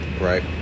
Right